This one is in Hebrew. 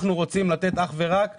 אלא היא רוצה לתת אך ורק לערבים,